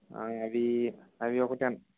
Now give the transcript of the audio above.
అవి అవి ఒకటి ఎంత